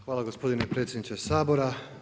Hvala gospodine predsjedniče Sabora.